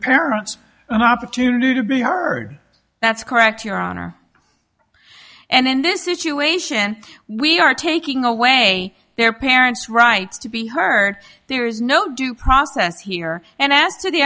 parents an opportunity to be heard that's correct your honor and in this situation we are taking away their parents rights to be heard there is no due process here and as to the